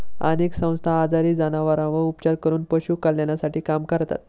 अनेक संस्था आजारी जनावरांवर उपचार करून पशु कल्याणासाठी काम करतात